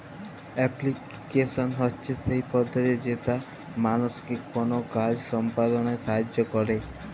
application হছে সেই পদ্ধতি যেট মালুসকে কল কাজ সম্পাদলায় সাহাইয্য ক্যরে